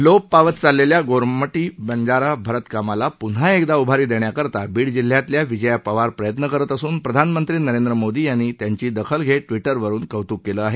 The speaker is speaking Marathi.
लोप पावत चाललेल्या गोरमाटी बंजारा भरत कामाला पुन्हा एकदा उभारी देण्याकरता बीड जिल्ह्यातल्या विजया पवार प्रयत्न करत असून प्रधानमंत्री नरेंद्र मोदी यांनी त्यांची दखल घेत ट्विटरवरुन कौतुक केलं आहे